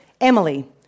Emily